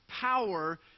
power